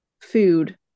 food